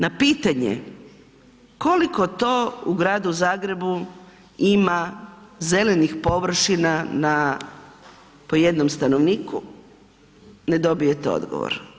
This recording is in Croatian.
Na pitanje koliko to u Gradu Zagrebu ima zelenih površina na, po jednom stanovniku, ne dobijete odgovor.